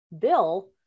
bill